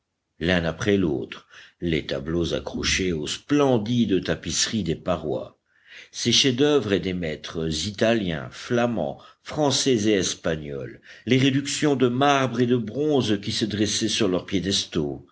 l'un après l'autre les tableaux accrochés aux splendides tapisseries des parois ces chefs-d'oeuvre des maîtres italiens flamands français et espagnols les réductions de marbre et de bronze qui se dressaient sur leurs piédestaux